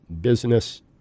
business